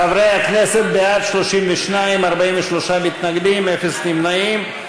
חברי הכנסת, בעד, 32, 43 מתנגדים, אפס נמנעים.